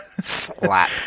Slap